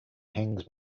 hangs